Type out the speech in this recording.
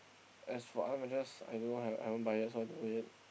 as for other matches I don't know I I haven't buy yet so I don't know yet